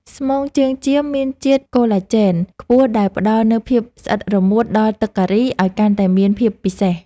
ស្មងជើងចៀមមានជាតិខូឡាជែនខ្ពស់ដែលផ្តល់នូវភាពស្អិតរមួតដល់ទឹកការីឱ្យកាន់តែមានភាពពិសេស។